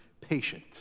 patient